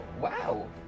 wow